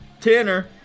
Tanner